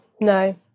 No